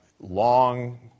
long